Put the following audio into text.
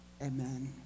amen